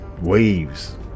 waves